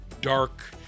dark